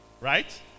Right